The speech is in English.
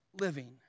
living